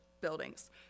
buildings